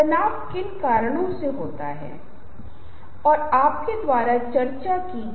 तो मैं सिर्फ मुस्कुराता हूं और पहले 5 मिनट बैठ जाता हूं